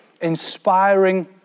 inspiring